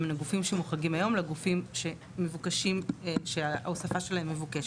לגופים שמוחרגים היום לגופים שההוספה שלהם מבוקשת,